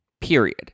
period